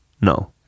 No